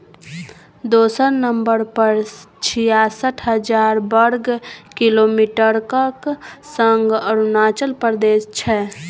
दोसर नंबर पर छियासठ हजार बर्ग किलोमीटरक संग अरुणाचल प्रदेश छै